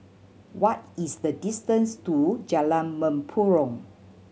what is the distance to Jalan Mempurong